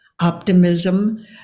optimism